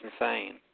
insane